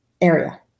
area